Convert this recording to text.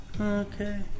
Okay